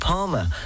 Palmer